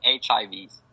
HIVs